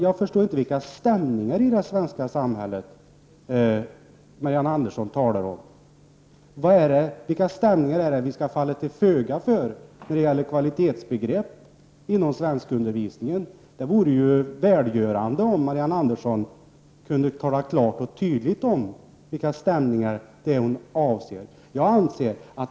Jag förstår inte vilka stämningar i det svenska samhället som Marianne Andersson talar om. Vilka stämningar är det vi skall falla till föga för när det gäller kvalitetsbegrepp inom svenskundervisningen? Det vore välgörande om Marianne Andersson klart och tydligt kunde tala om vilka stämningar hon avser.